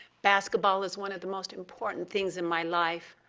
basketball is one of the most important things in my life.